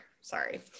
sorry